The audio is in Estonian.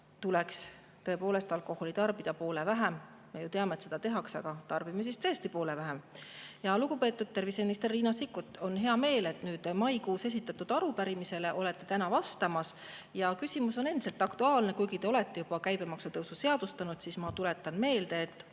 tuleks tõepoolest alkoholi tarbida poole vähem. Me ju teame, et seda tehakse, aga tarbime siis tõesti poole vähem. Lugupeetud terviseminister Riina Sikkut! On hea meel, et olete maikuus esitatud arupärimisele täna vastamas. Küsimus on endiselt aktuaalne. Kuigi te olete juba käibemaksu tõusu seadustanud, tuletan ma meelde, et